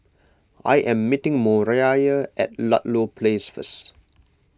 I am meeting Moriah at Ludlow Place first